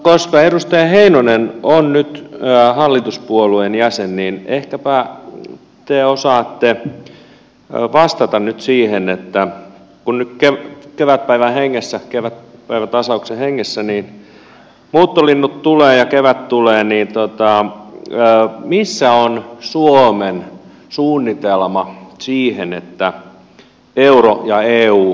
koska edustaja heinonen on nyt hallituspuolueen jäsen niin ehkäpä te osaatte vastata siihen että kun nyt kevätpäiväntasauksen hengessä muuttolinnut tulevat ja kevät tulee niin missä on suomen suunnitelma siihen että euro ja eu kaatuvat